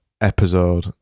episode